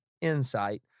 insight